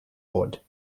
board